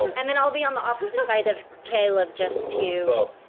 and and then i'll be on the opposite side of caleb, just to